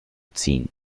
ziehen